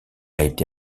été